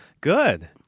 Good